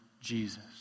Jesus